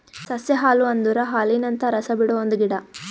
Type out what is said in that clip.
ಸಸ್ಯ ಹಾಲು ಅಂದುರ್ ಹಾಲಿನಂತ ರಸ ಬಿಡೊ ಒಂದ್ ಗಿಡ